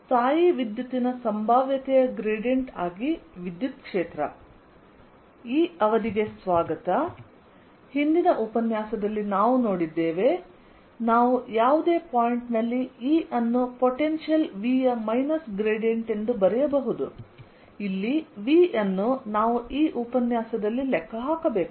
ಸ್ಥಾಯೀವಿದ್ಯುತ್ತಿನ ಸಂಭಾವ್ಯತೆಯ ಗ್ರೇಡಿಯಂಟ್ ಆಗಿ ವಿದ್ಯುತ್ ಕ್ಷೇತ್ರ ಹಿಂದಿನ ಉಪನ್ಯಾಸದಲ್ಲಿ ಯಾವುದೇ ಪಾಯಿಂಟ್ ನಲ್ಲಿ E ಅನ್ನು ಪೊಟೆನ್ಶಿಯಲ್ V ಯ ಮೈನಸ್ ಗ್ರೇಡಿಯಂಟ್ ಎಂದು ಬರೆಯಬಹುದು ಎಂದು ನಾವು ನೋಡಿದ್ದೇವೆ ಇಲ್ಲಿ V ಯನ್ನು ನಾವು ಈ ಉಪನ್ಯಾಸದಲ್ಲಿ ಲೆಕ್ಕ ಹಾಕಬೇಕು